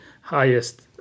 highest